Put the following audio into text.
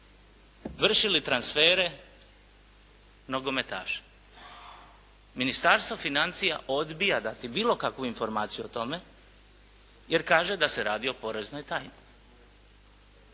vršili transfere nogometaša? Ministarstvo financija odbija dati bilo kakvu informaciju o tome jer kaže da se radi o poreznoj tajni.